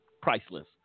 priceless